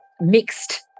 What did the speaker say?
mixed